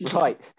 Right